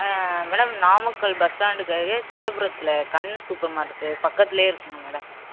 madam Namakkal bus ஸ்டாண்டுக்கு அருகே தில்லைபுரத்தில் கண்ணன் சூப்பர் மார்க்கெட் பக்கத்திலே இருக்குதுங்க மேடம்